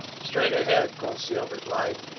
straight ahead, conseil replied.